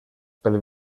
pels